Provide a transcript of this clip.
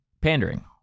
pandering